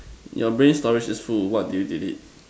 your brave stories is who what did you did